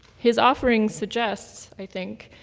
his offering suggests, i think,